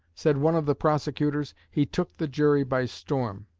said one of the prosecutors he took the jury by storm.